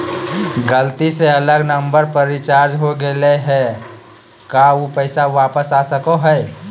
गलती से अलग नंबर पर रिचार्ज हो गेलै है का ऊ पैसा वापस आ सको है?